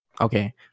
Okay